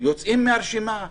יוצאים מהרשימה.